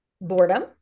boredom